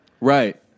right